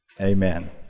Amen